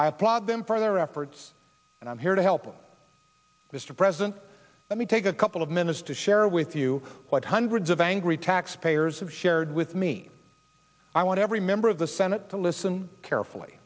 i applaud them for their efforts and i'm here to help them mr president let me take a couple of minutes to share with you what hundreds of angry taxpayers have shared with me i want every member of the senate to listen carefully